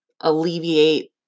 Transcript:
alleviate